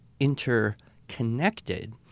interconnected